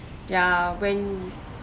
ya when